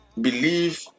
believe